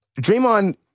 Draymond